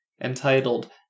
entitled